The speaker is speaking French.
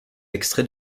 extrait